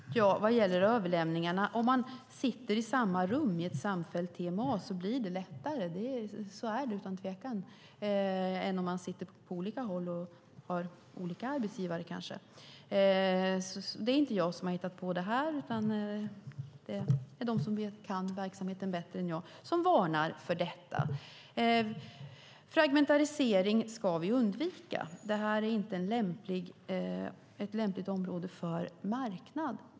Fru talman! Först var det frågan om överlämningarna. Om man sitter i samma rum i ett samfällt TMA-område blir det lättare än om man sitter på olika håll med olika arbetsgivare. Så är det utan tvivel. Det är inte jag som har hittat på detta, utan det är de som kan verksamheten bättre än jag som varnar. Vi ska undvika fragmentisering. Det är inte ett lämpligt område för en marknad.